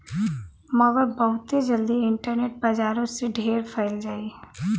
मगर बहुते जल्दी इन्टरनेट बजारो से ढेर फैल जाई